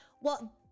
well-